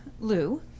Lou